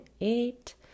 eight